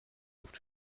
luft